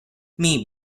may